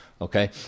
Okay